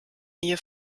nähe